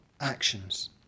actions